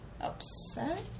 upset